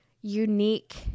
unique